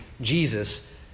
Jesus